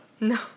No